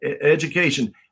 education